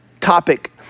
topic